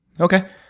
Okay